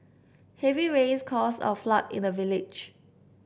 heavy rains caused a flood in the village